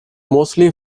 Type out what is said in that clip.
mostly